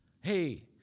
Hey